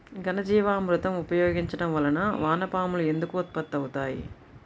ఘనజీవామృతం ఉపయోగించటం వలన వాన పాములు ఎందుకు ఉత్పత్తి అవుతాయి?